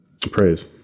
praise